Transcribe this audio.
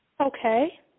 Okay